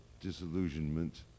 disillusionment